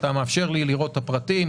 אתה מאפשר לי לראות את הפרטים?